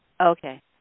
Okay